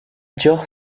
dior